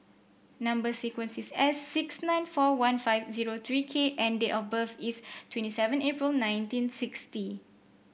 number sequence is S six nine four one five zero three K and date of birth is twenty seven April nineteen sixty